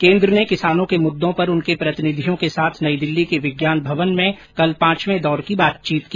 केंद्र ने किसानों के मुद्दों पर उनके प्रतिनिधियों के साथ नई दिल्ली के विज्ञान भवन में कल पांचवे दौर की बातचीत की